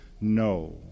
no